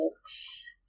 books